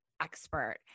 expert